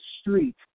street